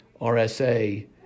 RSA